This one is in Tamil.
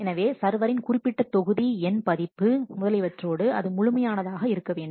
எனவேசர்வரின் குறிப்பிட்ட தொகுதி எண் பதிப்பு முதலியவற்றோடு அது முழுமையானதாக இருக்க வேண்டும்